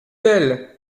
belle